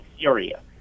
Syria